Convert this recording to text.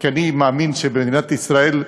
כי אני מאמין שמדינת ישראל,